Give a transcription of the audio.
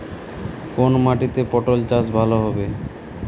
কোন মাটিতে পটল চাষ ভালো হবে?